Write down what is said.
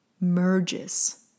merges